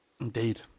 Indeed